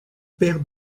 père